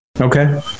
Okay